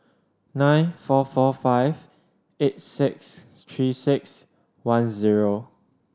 nine four four five eight six Three Six One zero